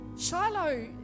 Shiloh